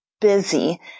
busy